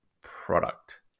product